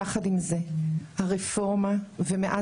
עם זאת,